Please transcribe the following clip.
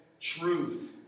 truth